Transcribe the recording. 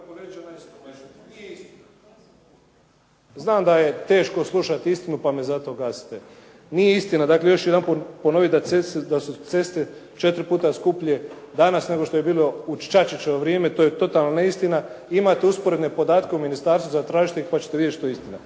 Znam da je teško slušati istinu pa me zato gasite. Nije istina, dakle još jedanput ću ponoviti da su ceste 4 puta skuplje danas, nego što je bilo u Čačićevo vrijeme, to je totalna neistina. Imate usporedne podatke za ministarstvu, zatražite ih pa ćete vidjeti što je istina.